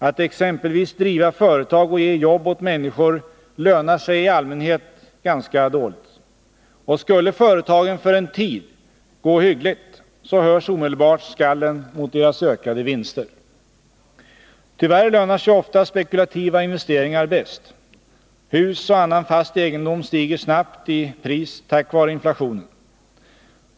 Att exempelvis driva företag och ge jobb åt människor lönar sig i allmänhet ganska dåligt. Och skulle företagen för en tid gå hyggligt, så hörs omedelbart skallen mot deras ökade vinster. Tyvärr lönar sig oftast spekulativa investeringar bäst. Hus och annan fast egendom stiger snabbt i pris tack vare inflationen.